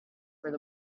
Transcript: where